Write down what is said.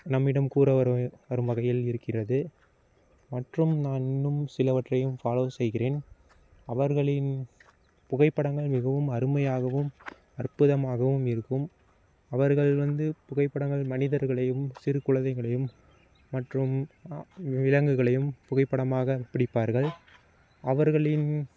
நம்மிடம் கூற வரும் வரும் வகையில் இருக்கிறது மற்றும் நான் இன்னும் சிலவற்றையும் ஃபாலோ செய்கிறேன் அவர்களின் புகைப்படங்கள் மிகவும் அருமையாகவும் அற்புதமாகவும் இருக்கும் அவர்கள் வந்து புகைப்படங்கள் மனிதர்களையும் சிறு குழந்தைகளையும் மற்றும் விலங்குகளையும் புகைப்படமாக பிடிப்பார்கள் அவர்களின்